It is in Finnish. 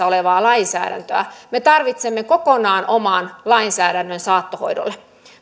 olevaa lainsäädäntöä me tarvitsemme kokonaan oman lainsäädännön saattohoidolle